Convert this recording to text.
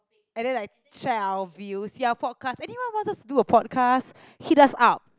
and then like check our views ya podcast anyone wants us to do a podcast hit us up